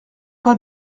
pas